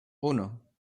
uno